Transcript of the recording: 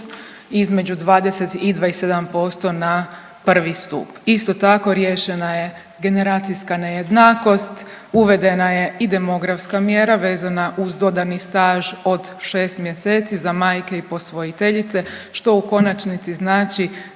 između 20 i 27% na 1. stup. Isto tako riješena je generacijska nejednakost, uvedena je i demografska mjera vezana uz dodani staž od šest mjeseci za majke i posvojiteljice što u konačnici znači